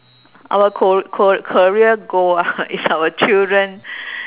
our car~ car~ career goal ah is our children